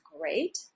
great